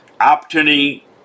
opportunity